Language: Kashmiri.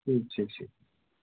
ٹھیٖک چھُ ٹھیٖک